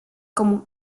como